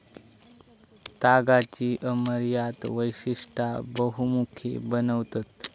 तागाची अमर्याद वैशिष्टा बहुमुखी बनवतत